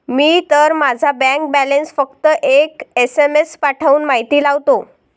मी तर माझा bank balance फक्त एक एस.एम.एस पाठवून माहिती लावतो